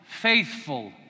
Faithful